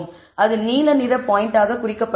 அது நீல நிற பாயிண்ட் ஆக குறிக்கப்பட்டுள்ளது